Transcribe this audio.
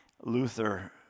Luther